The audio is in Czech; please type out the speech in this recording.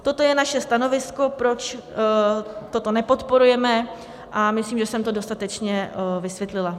To je naše stanovisko, proč toto nepodporujeme, a myslím, že jsem to dostatečně vysvětlila.